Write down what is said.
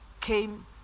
came